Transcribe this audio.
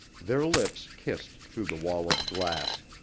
their lips kissed through the wall of glass.